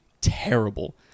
terrible